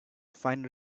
fine